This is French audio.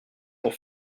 pour